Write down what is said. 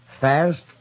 Fast